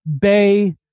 bay